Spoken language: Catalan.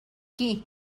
qui